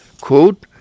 Quote